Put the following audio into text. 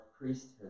priesthood